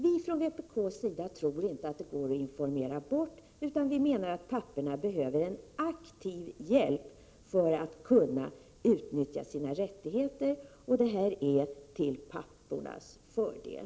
Vi från vpk:s sida tror inte det går att informera bort utan vi menar att papporna behöver en aktiv hjälp för att kunna utnyttja sina rättigheter, och det är till pappornas fördel.